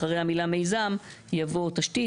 אחרי המילה "מיזם" יבוא "תשתית".